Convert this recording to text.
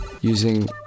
using